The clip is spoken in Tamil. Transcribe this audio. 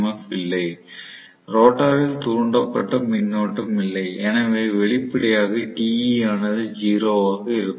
எஃப் இல்லை ரோட்டாரில் தூண்டப்பட்ட மின்னோட்டம் இல்லை எனவே வெளிப்படையாக Te ஆனது 0 ஆக இருக்கும்